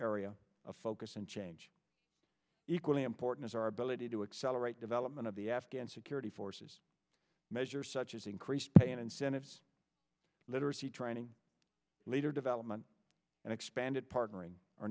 area of focus and change equally important is our ability to accelerate development of the afghan security forces measures such as increased pay and incentives literacy training leader development and expanded partnering are